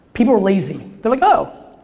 people are lazy. they're like, oh!